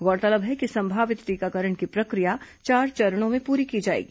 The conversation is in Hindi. गौरतलब है कि संभावित टीकाकरण की प्रक्रिया चार चरणों में प्ररी की जाएगी